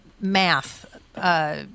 math